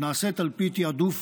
נעשית על פי תעדוף